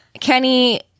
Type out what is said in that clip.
Kenny